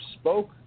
spoke